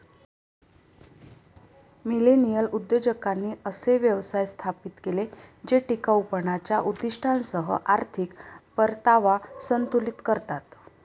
millennial उद्योजकांनी असे व्यवसाय स्थापित केले जे टिकाऊपणाच्या उद्दीष्टांसह आर्थिक परतावा संतुलित करतात